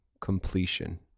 completion